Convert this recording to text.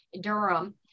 Durham